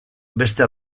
beste